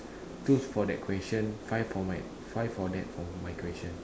two is for that question five of my five of that for my question